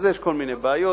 אז יש כל מיני בעיות,